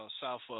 South